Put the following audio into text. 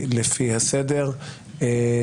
חבר הכנסת גלעד קריב.